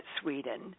Sweden